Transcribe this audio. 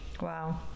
Wow